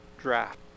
draft